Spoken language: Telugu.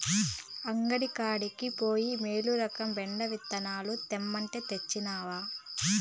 అంగడి కాడికి పోయి మీలురకం బెండ విత్తనాలు తెమ్మంటే, తెచ్చినవా